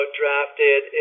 drafted